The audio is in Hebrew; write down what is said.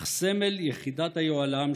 אך סמל יחידת היוהל"ם,